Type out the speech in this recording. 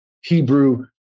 hebrew